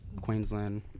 queensland